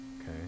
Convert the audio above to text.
Okay